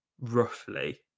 roughly